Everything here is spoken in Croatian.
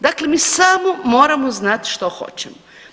Dakle, mi samo moramo znati što hoćemo.